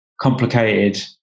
complicated